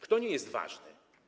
Kto nie jest ważny?